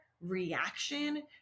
reaction